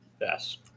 Yes